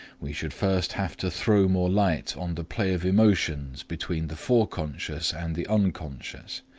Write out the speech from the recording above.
we should first have to throw more light on the play of emotions between the foreconscious and the unconscious,